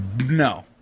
No